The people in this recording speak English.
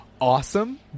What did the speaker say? awesome